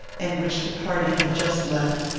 and which the party had just left.